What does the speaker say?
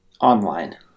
Online